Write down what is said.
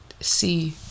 see